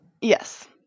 Yes